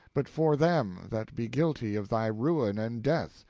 but for them that be guilty of thy ruin and death,